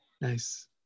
Nice